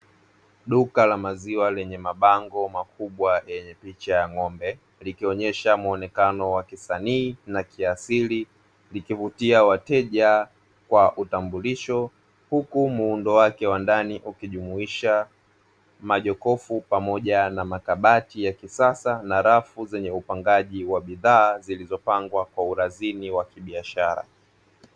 Duka la maziwa lenye mabango makubwa yenye picha ya ng'ombe, likionyesha muonekano wa kisanii na kiasili, likivutia wateja kwa utambulisho, huku muundo wake wa ndani ukijumuisha majokofu pamoja na makabati ya kisasa, na rafu zenye upangaji wa bidhaa zilizopangwa kwa urazini wa kibiashara.